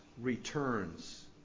returns